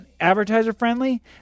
advertiser-friendly